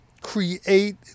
create